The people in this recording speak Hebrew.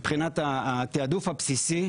התיעדוף הבסיסי,